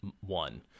one